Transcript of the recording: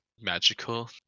magical